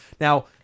Now